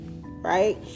Right